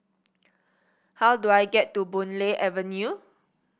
how do I get to Boon Lay Avenue